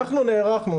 אנחנו נערכנו,